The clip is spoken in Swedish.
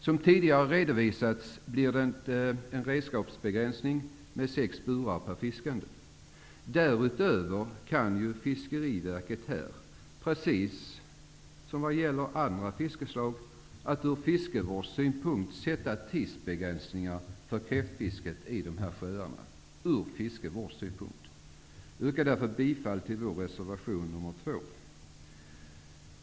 Som tidigare redovisats blir det en redskapsbegränsning med sex burar per fiskande. Därutöver kan Fiskeriverket här, precis som när det gäller andra fiskeslag, av fiskevårdsskäl tidsbegränsa kräftfisket i dessa sjöar. Jag yrkar bifall till vår reservation nr 2.